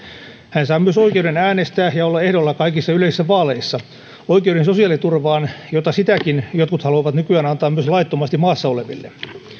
hän saa myös oikeuden äänestää ja olla ehdolla kaikissa yleisissä vaaleissa oikeuden sosiaaliturvaan jota sitäkin jotkut haluavat nykyään antaa myös laittomasti maassa oleville